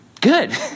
Good